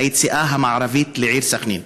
היציאה המערבית לעיר סח'נין.